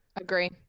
agree